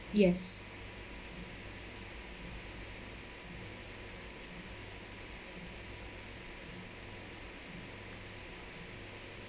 yes